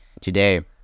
today